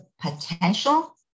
potential